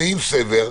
נעים סבר,